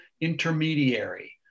intermediary